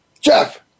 Jeff